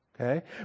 Okay